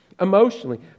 emotionally